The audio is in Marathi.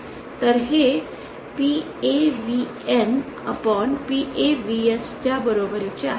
तर हे PAVNPAVS च्या बरोबरीचे आहे